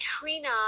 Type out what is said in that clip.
Trina